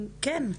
כן.